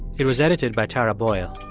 it was edited by tara boyle.